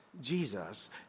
Jesus